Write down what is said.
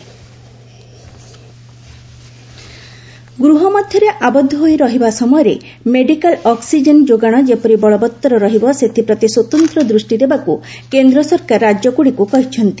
centre medical supply ଗୃହ ମଧ୍ୟରେ ଆବଦ୍ଧ ହୋଇ ରହିବା ସମୟରେ ମେଡ଼ିକାଲ ଅକ୍ଟିଜେନ୍ ଯୋଗାଣ ଯେପରି ବଳବତ୍ତର ରହିବ ସେଥିପ୍ରତି ସ୍ୱତନ୍ତ୍ର ଦୃଷ୍ଟିଦେବାକୁ କେନ୍ଦ୍ର ସରକାର ରାଜ୍ୟଗୁଡ଼ିକୁ କହିଛନ୍ତି